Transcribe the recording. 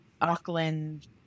Auckland